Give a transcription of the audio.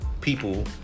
people